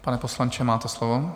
Pane poslanče, máte slovo.